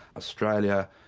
australia,